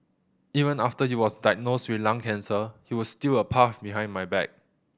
even after he was diagnosed with lung cancer he would steal a puff behind my back